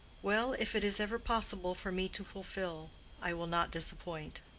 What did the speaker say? well, if it is ever possible for me to fulfill i will not disappoint.